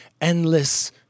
endless